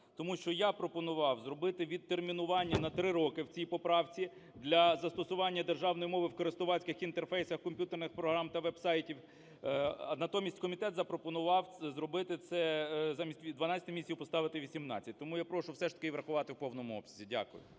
Тому що я пропонував зробити відтермінування на три роки в цій поправці для застосування державної мови в користувацьких інтерфейсах комп’ютерних програм та веб-сайтів. Натомість комітет запропонував зробити це… замість 12 місяців поставити 18. Тому я прошу все ж таки і врахувати в повному обсязі. Дякую.